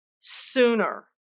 sooner